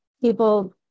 people